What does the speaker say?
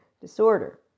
disorder